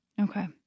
Okay